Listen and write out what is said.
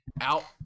out